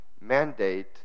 mandate